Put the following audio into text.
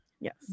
yes